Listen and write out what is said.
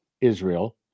Israel